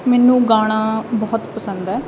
ਮੈਨੂੰ ਗਾਉਣਾ ਬਹੁਤ ਪਸੰਦ ਹੈ